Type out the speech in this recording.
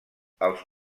els